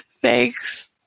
Thanks